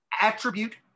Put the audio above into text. attribute